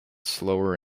slower